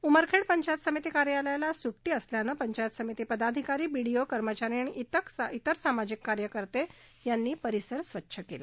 उमरखेड पंचायत समिती कार्यालयाला आज सुड्टी असल्यानं पंचायत समिती पदाधिकारी बीडीओ कर्मचारी आणि तिर सामाजिक कार्यकर्ते ति्यादींनी कार्यालय परिसर स्वच्छ केला